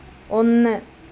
ഒന്ന്